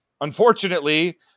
unfortunately